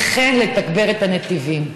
וכן לתגבר את הנתיבים.